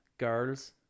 Girls